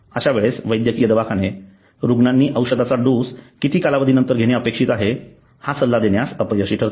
अश्या वेळेस वैद्यकीय दवाखाने रुग्णांनी औषधाचा डोस किती कालावधीनंतर घेणे अपेक्षित आहे हा सल्ला देण्यास अपयशी ठरतात